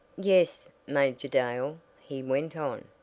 yes, major dale, he went on,